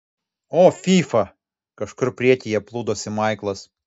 o fyfa kažkur priekyje plūdosi maiklas